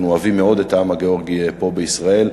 אנחנו אוהבים מאוד את העם הגאורגי פה בישראל,